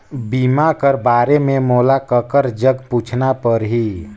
बीमा कर बारे मे मोला ककर जग पूछना परही?